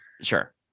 Sure